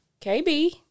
KB